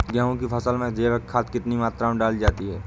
गेहूँ की फसल में जैविक खाद कितनी मात्रा में डाली जाती है?